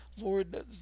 Lord